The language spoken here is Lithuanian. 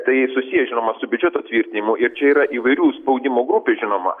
tai susiję žinoma su biudžeto tvirtinimu ir čia yra įvairių spaudimo grupių žinoma